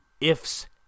ifs